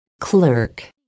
Clerk